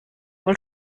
wohl